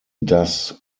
das